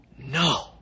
No